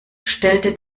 stellte